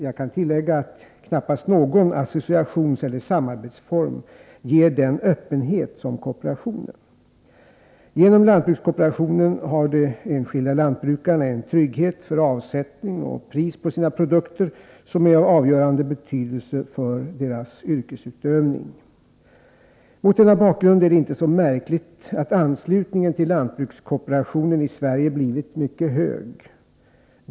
Jag kan tillägga att knappast någon associationseller samarbetsform ger sådan öppenhet som kooperationen. Genom lantbrukskooperationen har de enskilda lantbrukarna en trygghet för avsättning och pris på sina produkter som är av avgörande betydelse för deras yrkesutövning. Mot denna bakgrund är det inte så märkligt att anslutningen till lantbrukskooperationen i Sverige blivit mycket hög.